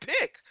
pick